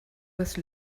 was